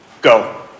go